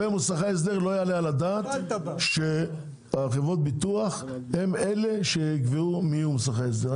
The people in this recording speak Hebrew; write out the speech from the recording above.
לא יעלה על הדעת שחברות הביטוח הן אלה שיקבעו מי יהיו מוסכי ההסדר.